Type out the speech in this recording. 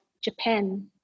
Japan